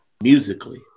musically